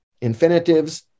infinitives